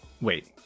wait